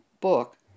book